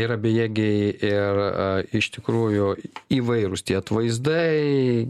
yra bejėgiai ir iš tikrųjų įvairūs tie atvaizdai